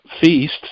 feast